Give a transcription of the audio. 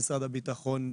ממשרד הביטחון,